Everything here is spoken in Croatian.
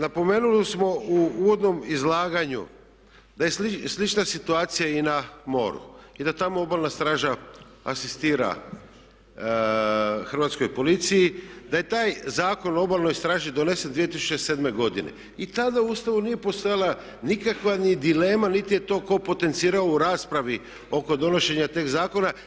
Napomenuli smo u uvodnom izlaganju da je slična situacija i na moru i da tamo Obalna straža asistira hrvatskoj policiji, da je taj Zakon o Obalnoj straži donesen 2007. godine i tada u Ustavu nije postojala nikakva ni dilema niti je to tko potencirao u raspravi oko donošenja teksta zakona.